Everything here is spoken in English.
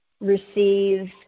receive